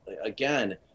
again